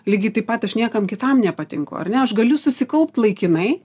lygiai taip pat aš niekam kitam nepatinku ar ne aš galiu susikaupt laikinai